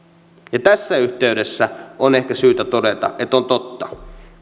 ja tässä yhteydessä on ehkä syytä todeta että on totta